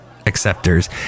acceptors